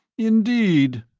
indeed!